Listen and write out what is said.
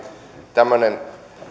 tämmöinen